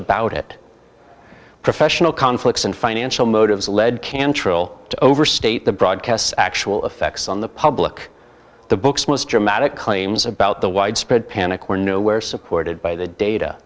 about it professional conflicts and financial motives led cantrill to overstate the broadcasts actual effects on the public the book's most dramatic claims about the widespread panic were nowhere supported by the data